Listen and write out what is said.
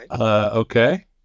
Okay